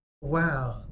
Wow